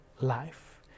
life